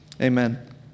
Amen